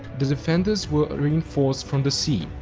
the defenders were reinforced from the sea.